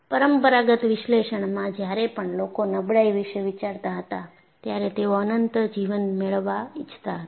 પરમપરાગત વિશ્લેષણમાં જ્યારે પણ લોકો નબળાઈ વિશે વિચારતા હતા ત્યારે તેઓ અનંત જીવન મેળવવા ઇચ્છતા હતા